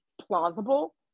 plausible